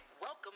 Welcome